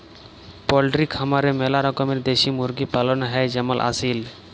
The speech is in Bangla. পল্ট্রি খামারে ম্যালা রকমের দেশি মুরগি পালন হ্যয় যেমল আসিল